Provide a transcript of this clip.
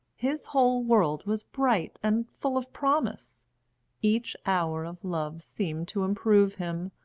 his whole world was bright and full of promise each hour of love seemed to improve him,